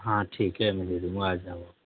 हाँ ठीक है मैं दे दूँगा आजाओ